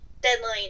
deadline